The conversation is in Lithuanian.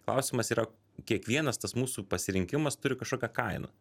klausimas yra kiekvienas tas mūsų pasirinkimas turi kažkokią kainą